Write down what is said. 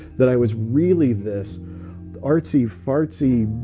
that i was really this artsy-fartsy,